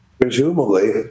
presumably